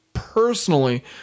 personally